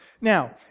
Now